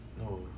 no